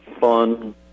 fun